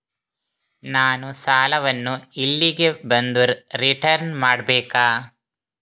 ನಾನು ಸಾಲವನ್ನು ಇಲ್ಲಿಗೆ ಬಂದು ರಿಟರ್ನ್ ಮಾಡ್ಬೇಕಾ?